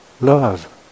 love